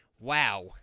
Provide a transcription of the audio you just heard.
Wow